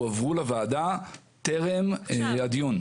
הועברו לוועדה טרם הדיון.